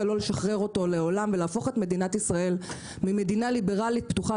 לא לשחרר אותו לעולם ולהפוך את מדינת ישראל ממדינה ליברלית פתוחה